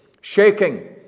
shaking